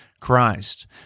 Christ